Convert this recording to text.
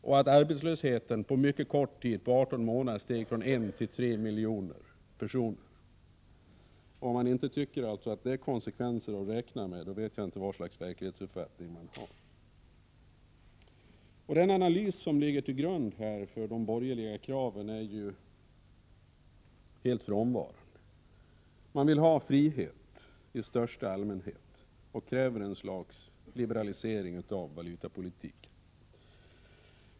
Antalet arbetslösa steg på 18 månader från en miljon till tre miljoner. Om man inte tycker att det är konsekvenser att räkna med, då vet jag inte vad för slags verklighetsuppfattning man har. Någon analys till grund för de borgerliga kraven saknas helt. Man vill ha frihet i största allmänhet och kräver ett slags liberalisering av valutapolitiken.